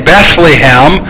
Bethlehem